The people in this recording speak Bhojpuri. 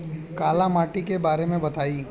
काला माटी के बारे में बताई?